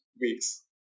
weeks